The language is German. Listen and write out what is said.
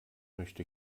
möchte